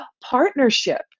partnership